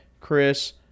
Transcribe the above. Chris